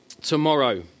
tomorrow